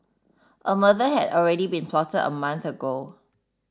a murder had already been plotted a month ago